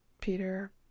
peter